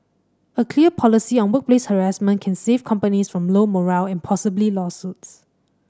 a clear policy on workplace harassment can save companies from low morale and possibly lawsuits